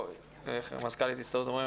או מזכ"לית הסתדרות המורים,